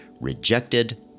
rejected